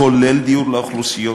כולל דיור לאוכלוסיות